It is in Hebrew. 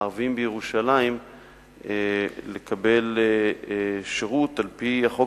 הערביים בירושלים לקבל שירות על-פי החוק